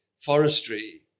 forestry